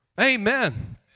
Amen